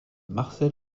marcel